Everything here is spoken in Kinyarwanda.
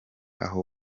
aho